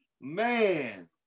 man